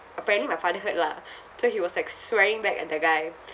apparently my father heard lah so he was like swearing back at the guy